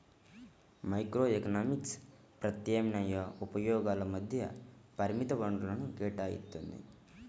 microeconomics ప్రత్యామ్నాయ ఉపయోగాల మధ్య పరిమిత వనరులను కేటాయిత్తుంది